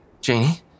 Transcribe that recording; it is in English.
Janie